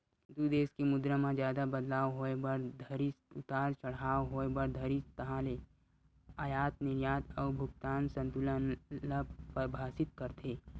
दू देस के मुद्रा म जादा बदलाव होय बर धरिस उतार चड़हाव होय बर धरिस ताहले अयात निरयात अउ भुगतान संतुलन ल परभाबित करथे